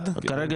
אחד?